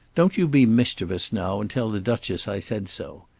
don't you be mischievous now and tell the duchess i said so.